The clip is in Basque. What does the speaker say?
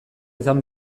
izan